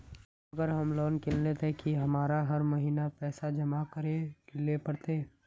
अगर हम लोन किनले ते की हमरा हर महीना पैसा जमा करे ले पड़ते?